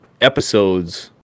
episodes